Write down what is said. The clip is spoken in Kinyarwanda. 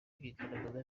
bigaragaza